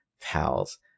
Pals